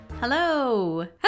Hello